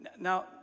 Now